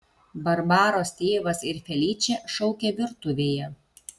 barbaros tėvas ir feličė šaukė virtuvėje